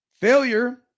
Failure